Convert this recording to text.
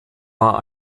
war